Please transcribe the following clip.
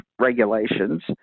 regulations